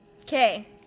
Okay